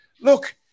Look